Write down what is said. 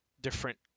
different